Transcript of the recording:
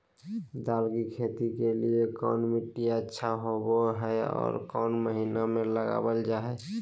दाल की खेती के लिए कौन मिट्टी अच्छा होबो हाय और कौन महीना में लगाबल जा हाय?